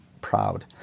proud